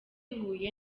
huye